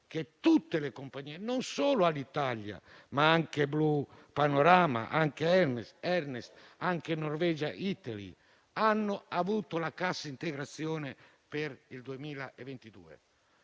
che tutte le compagnie, e non solo Alitalia, ma anche Blue Panorama, Emirates, anche Norwegian e Air Italy hanno avuto la cassa integrazione per il 2022.